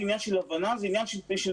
זה עניין של הבנה ושל --- הדברים.